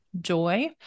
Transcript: joy